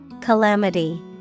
Calamity